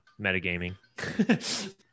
metagaming